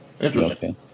Interesting